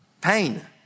pain